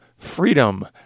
freedom